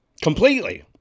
completely